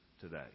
today